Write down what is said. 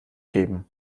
geben